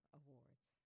awards